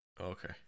Okay